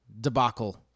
debacle